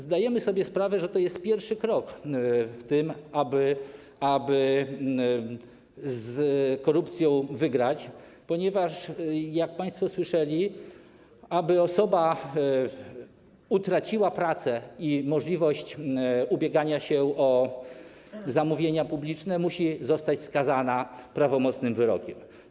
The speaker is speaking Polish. Zdajemy sobie sprawę, że to jest pierwszy krok w tym kierunku, aby wygrać z korupcją, ponieważ, jak państwo słyszeli, aby osoba utraciła pracę i możliwość ubiegania się o zamówienia publiczne, musi zostać skazana prawomocnym wyrokiem.